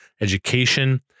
education